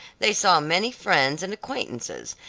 they saw many friends and acquaintances,